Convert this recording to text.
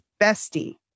bestie